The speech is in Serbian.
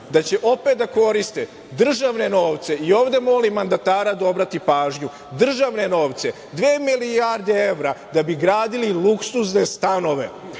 da će opet da koriste državne novce i ove molim mandatara da obrati pažnju – državne novce. Dve milijarde evra da bi gradili luksuzne stanove